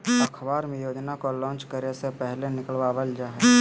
अखबार मे योजना को लान्च करे से पहले निकलवावल जा हय